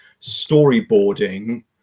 storyboarding